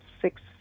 six